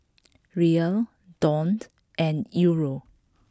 Riel Dong and Euro